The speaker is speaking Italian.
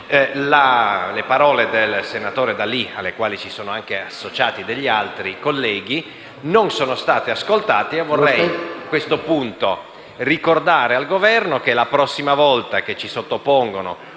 Le parole del senatore D'Alì, alle quali si sono associati anche altri colleghi, non sono state ascoltate. Vorrei a questo punto ricordare al Governo che la prossima volta che ci sottoporrà